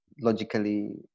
logically